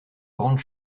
grandes